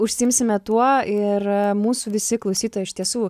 užsiimsime tuo ir mūsų visi klausytojai iš tiesų